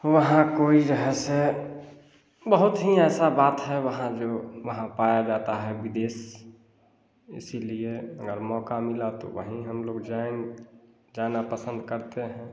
वहाँ कोई जो है से बहुत ही ऐसा बात है वहाँ जो वहाँ पाया जाता है विदेश इसीलिए अगर मौका मिला तो वहीं हमलोग जाएंगे जाना पसंद करते हैं